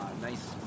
Nice